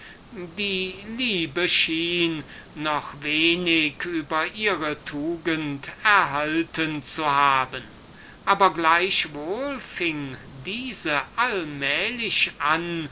die liebe schien noch wenig über ihre tugend erhalten zu haben obgleich diese allmählich anfing